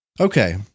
okay